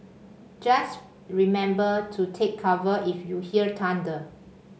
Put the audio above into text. just remember to take cover if you hear thunder